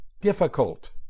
difficult